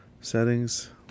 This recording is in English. Settings